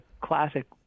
classic